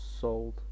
sold